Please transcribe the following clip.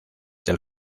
del